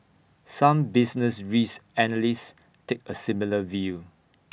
some business risk analysts take A similar view